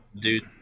Dude